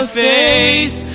face